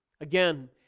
Again